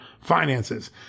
finances